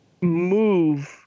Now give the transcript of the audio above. move